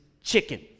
chicken